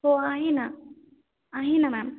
हो आहे ना आहे ना मॅम